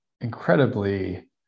incredibly